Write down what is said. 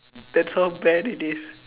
that's how bad it is